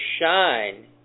shine